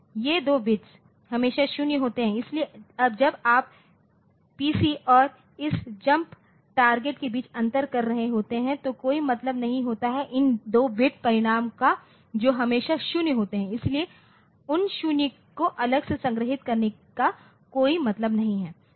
तो ये 2 बिट्स हमेशा 0 होते हैं इसलिए जब आप पीसी और इस जम्प टार्गेट के बीच अंतर कर रहे होते हैं तो कोई मतलब नहीं होता है इन 2 बिट परिणाम का जो हमेशा 0 होते हैं इसलिए उन शून्य को अलग से संग्रहीत करने का कोई मतलब नहीं है